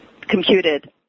computed